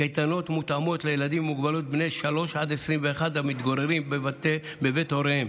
הקייטנות מותאמות לילדים עם מוגבלות בני 3 21 המתגוררים בבית הוריהם.